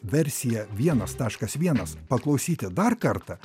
versiją vienas taškas vienas paklausyti dar kartą